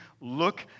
look